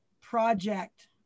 project